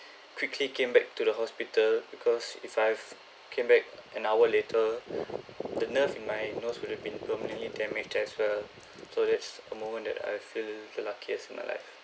quickly came back to the hospital because if I've came back an hour later the nerve in my nose would have been permanently damaged as well so that's a moment that I feel the luckiest in my life